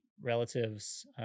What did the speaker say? relatives